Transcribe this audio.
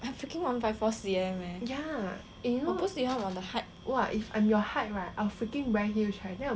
I freaking one point four C_M eh 我不喜欢我的 height